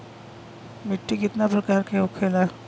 मिट्टी कितना प्रकार के होखेला?